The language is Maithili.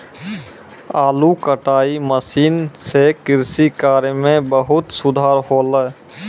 आलू कटाई मसीन सें कृषि कार्य म बहुत सुधार हौले